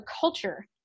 culture